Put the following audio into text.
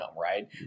right